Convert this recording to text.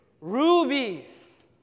rubies